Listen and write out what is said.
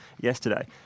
Yesterday